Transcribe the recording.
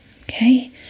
Okay